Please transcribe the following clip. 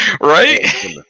right